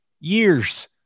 years